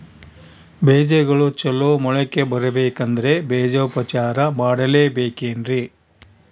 ಬೇಜಗಳು ಚಲೋ ಮೊಳಕೆ ಬರಬೇಕಂದ್ರೆ ಬೇಜೋಪಚಾರ ಮಾಡಲೆಬೇಕೆನ್ರಿ?